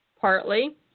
partly